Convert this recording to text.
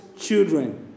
children